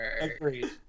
Agreed